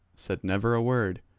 said never a word,